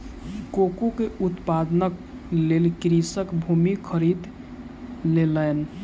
cocoa के उत्पादनक लेल कृषक भूमि खरीद लेलैन